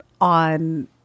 on